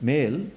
Male